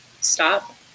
stop